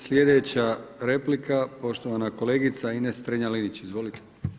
Sljedeća replika poštovana kolegica Ines Strenja-Linić, izvolite.